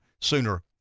sooner